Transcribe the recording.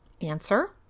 Answer